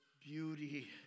beauty